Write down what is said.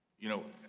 you know,